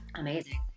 Amazing